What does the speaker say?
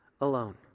alone